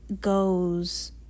goes